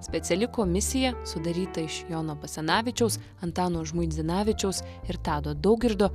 speciali komisija sudaryta iš jono basanavičiaus antano žmuidzinavičiaus ir tado daugirdo